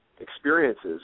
experiences